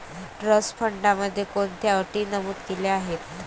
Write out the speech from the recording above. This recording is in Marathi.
ट्रस्ट फंडामध्ये कोणत्या अटी नमूद केल्या आहेत?